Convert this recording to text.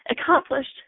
accomplished